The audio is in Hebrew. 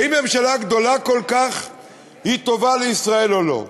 האם ממשלה גדולה כל כך טובה לישראל או לא?